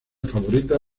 favorita